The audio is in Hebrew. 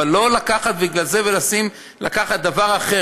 אבל לא לקחת בגלל זה דבר אחר,